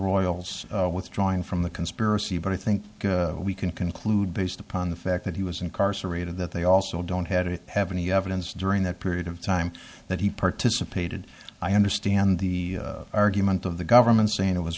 royal's withdrawing from the conspiracy but i think we can conclude based upon the fact that he was incarcerated that they also don't have it have any evidence during that period of time that he participated i understand the argument of the government saying it was